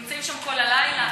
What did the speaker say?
נמצאים שם כל הלילה.